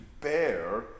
bear